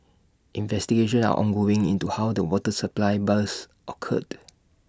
investigations are ongoing into how the water supply burst occurred